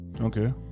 okay